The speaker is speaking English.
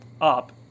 up